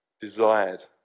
desired